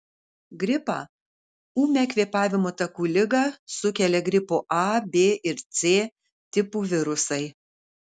gripą ūmią kvėpavimo takų ligą sukelia gripo a b ir c tipų virusai